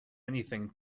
anything